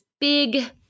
big